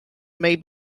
may